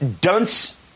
dunce